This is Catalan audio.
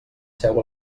seu